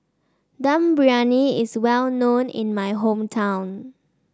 Dum Briyani is well known in my hometown